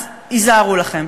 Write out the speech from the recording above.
אז היזהרו לכם.